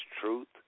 truth